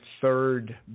third